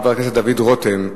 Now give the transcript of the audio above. חבר הכנסת דוד רותם,